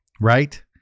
right